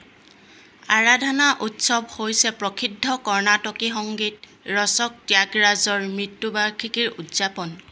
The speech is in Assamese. আৰাধনা উৎসৱ হৈছে প্ৰসিদ্ধ কৰ্ণাটকী সংগীত ৰচক ত্যাগৰাজৰ মৃত্যু বাৰ্ষিকীৰ উদযাপন